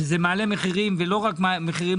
וזה מעלה מחירים לא רק מוצדקים,